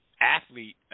athlete